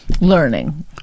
Learning